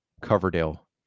Coverdale